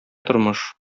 тормыш